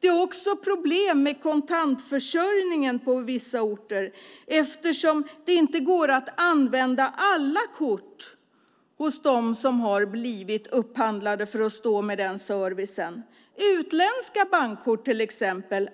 Det är också problem med kontantförsörjningen på vissa orter, eftersom det inte går att använda alla kort hos dem som har blivit upphandlade för att stå för den servicen. Utländska bankkort accepteras till exempel